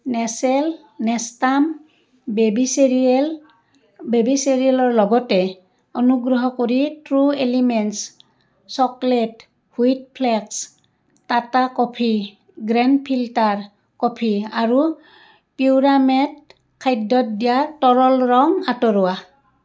Nestle Nestum baby cereal baby চেৰিয়েলৰ লগতে অনুগ্ৰহ কৰি true elements chocolate wheat flakes Tata coffee grand filter coffee আৰু পিউৰামেট খাদ্যত দিয়া তৰল ৰং আঁতৰোৱা